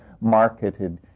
marketed